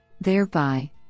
Thereby